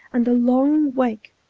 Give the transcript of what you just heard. and a long wake,